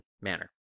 manner